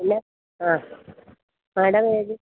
ഇല്ലേ ആ മാഡം ഏതി